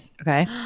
okay